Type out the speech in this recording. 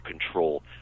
control